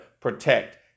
protect